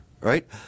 Right